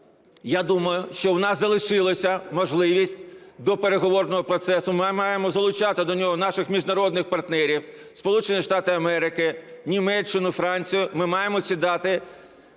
Я думаю, що в нас залишилася можливість до переговорного процесу. Ми маємо залучати до нього наших міжнародних партнерів: Сполучені Штати Америки, Німеччину, Францію. Ми маємо сідати